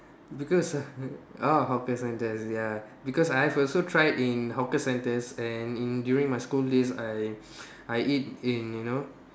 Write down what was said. because I've orh hawker centres ya because I've also tried in hawker centres and in during my school days I I eat in you know